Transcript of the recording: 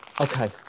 Okay